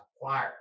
acquired